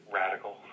radical